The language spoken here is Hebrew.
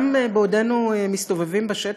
גם בעודנו מסתובבים בשטח,